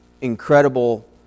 incredible